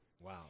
Wow